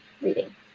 reading